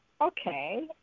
okay